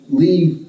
leave